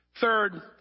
Third